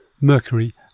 mercury